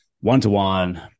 one-to-one